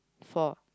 four